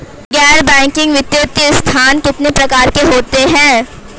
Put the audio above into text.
गैर बैंकिंग वित्तीय संस्थान कितने प्रकार के होते हैं?